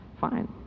fine